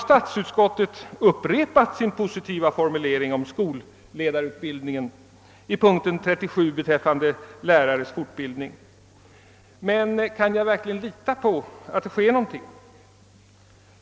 Statsutskottet upprepar under förevarande punkt — som ju har rubriken Lärares fortbildning m.m. — sin positiva formulering. Men kan jag verkligen lita på att det sker någonting?